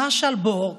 מרשל בורק,